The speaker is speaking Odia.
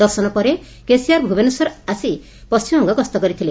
ଦର୍ଶନ ପରେ କେସିଆର୍ ଭୁବନେଶ୍ୱର ଆସ ପଣ୍ଟିମବଙ୍ଗ ଗସ୍ତ କରିଥିଲେ